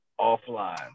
Offline